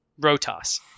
Rotas